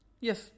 Yes